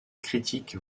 critiques